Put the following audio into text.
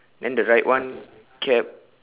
then the right one cap